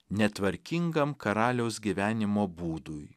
netvarkingam karaliaus gyvenimo būdui